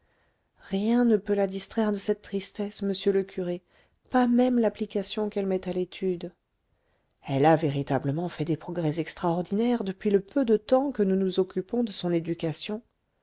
rien ne la peut distraire de cette tristesse monsieur le curé pas même l'application qu'elle met à l'étude elle a véritablement fait des progrès extraordinaires depuis le peu de temps que nous nous occupons de son éducation